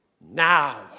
Now